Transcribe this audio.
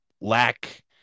lack